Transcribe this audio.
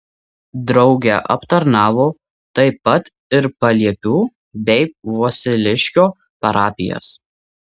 drauge aptarnavo taip pat ir paliepių bei vosiliškio parapijas